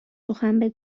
سخن